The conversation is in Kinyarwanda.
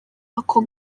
ako